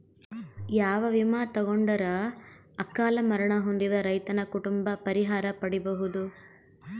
ಯಾವ ವಿಮಾ ತೊಗೊಂಡರ ಅಕಾಲ ಮರಣ ಹೊಂದಿದ ರೈತನ ಕುಟುಂಬ ಪರಿಹಾರ ಪಡಿಬಹುದು?